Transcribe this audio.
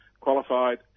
qualified